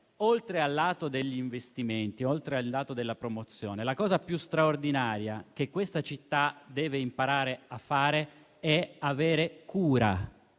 oltre al lato degli investimenti e della promozione, la cosa più straordinaria che questa città deve imparare a fare è avere cura